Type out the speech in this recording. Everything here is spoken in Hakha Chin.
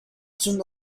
cun